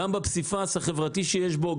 גם בפסיפס החברתי שיש בו,